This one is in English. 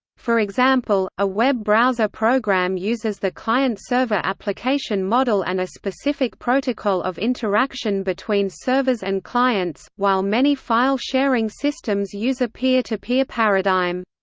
for example, a web browser program uses the client-server application model and a specific protocol of interaction between servers and clients, while many file-sharing systems use a peer-to-peer paradigm.